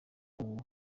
ubu